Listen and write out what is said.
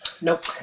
Nope